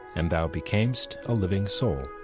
and thou becamest a living soul.